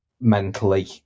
Mentally